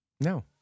No